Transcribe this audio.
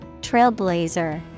Trailblazer